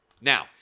Now